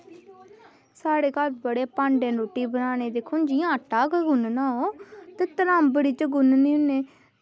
साढ़े घर बड़े भांडे न रुट्टी बनाने ई दिक्खो आं हून जियां आटा गै गुन्नना ते त्रांबड़ी च गुन्नने होन्ने